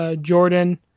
Jordan